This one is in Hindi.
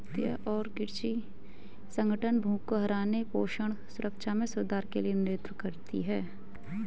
खाद्य और कृषि संगठन भूख को हराने पोषण सुरक्षा में सुधार के लिए नेतृत्व करती है